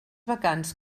vacants